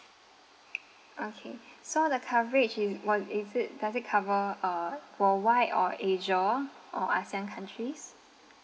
okay so the coverage is what is it does it cover uh worldwide or asia or ASEAN countries